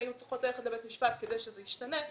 היו צריכות ללכת לבית המשפט כדי שזה ישתנה.